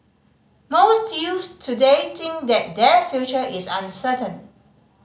most youths today think that their future is uncertain